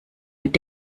mit